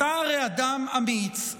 אתה הרי אדם אמיץ,